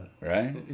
Right